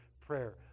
prayer